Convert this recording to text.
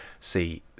See